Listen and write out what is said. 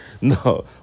No